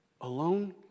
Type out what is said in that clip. alone